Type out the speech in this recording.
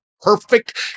perfect